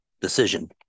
decision